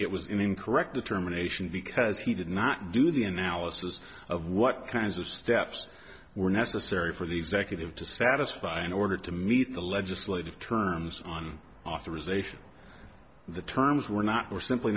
it was incorrect determination because he did not do the analysis of what kinds of steps were necessary for the executive to satisfy in order to meet the legislative terms on authorization the terms were not were simply